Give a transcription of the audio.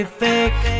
fake